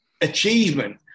achievement